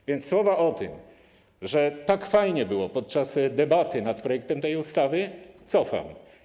A więc słowa o tym, że tak fajnie było podczas debaty nad projektem tej ustawy, cofam.